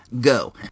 go